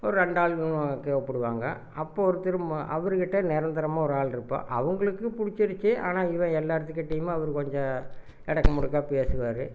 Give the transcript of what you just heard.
ஒரு ரெண்டு ஆள் கூப்பிடுவாங்க அப்போ ஒருத்தர் அவர் கிட்ட நிரந்தரமா ஒரு ஆள் இருப்பான் அவங்களுக்கு பிடிச்சிடுச்சி ஆனால் இவன் எல்லாத்துக்கிட்டயுமே அவர் கொஞ்ச எடக்கு முடக்கா பேசுவார்